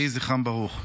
יהי זכרם ברוך.